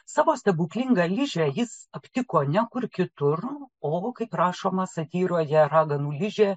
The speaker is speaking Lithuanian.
savo stebuklingą ližę jis aptiko ne kur kitur o kaip rašoma satyroje raganų ližė